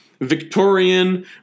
Victorian